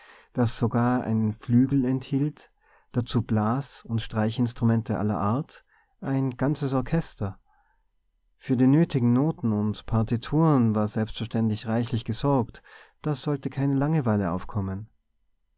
das sogar einen flügel enthielt dazu blasund streichinstrumente aller art ein ganzes orchester für die nötigen noten und partituren war selbstverständlich reichlich gesorgt da sollte keine langeweile aufkommen